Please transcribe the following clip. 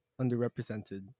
Underrepresented